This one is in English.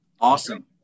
Awesome